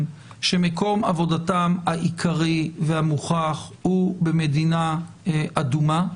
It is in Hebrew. שמקום עבודתם העיקרי והמוכח הוא במדינה אדומה,